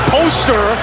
Poster